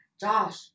Josh